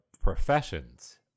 professions